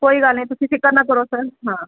ਕੋਈ ਗੱਲ ਨਹੀਂ ਤੁਸੀਂ ਫਿਕਰ ਨਾ ਕਰੋ ਸਰ ਹਾਂ